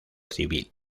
civil